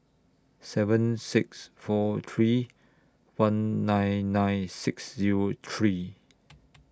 seven six four three one nine nine six Zero three